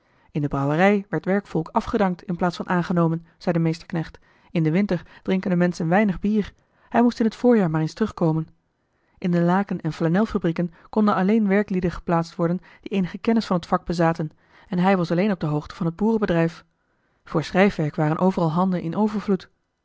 in de brouwerij werd werkvolk afgedankt in plaats van aangenomen zei de meesterknecht in den winter drinken de menschen weinig bier hij moest in het voorjaar maar eens terugkomen in de laken en flanelfabrieken konden alleen werklieden geplaatst worden die eenige kennis van het vak bezaten en hij was alleen op de hoogte van het boerenbedrijf voor schrijfwerk waren overal handen in overvloed